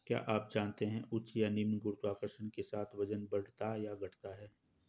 क्या आप जानते है उच्च या निम्न गुरुत्वाकर्षण के साथ वजन बढ़ता या घटता है?